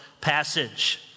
passage